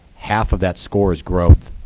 half of that score is growth.